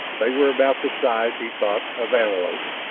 they were about the size, he thought, of antelopes,